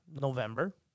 November